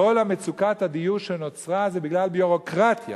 כל מצוקת הדיור שנוצרה זה בגלל ביורוקרטיה.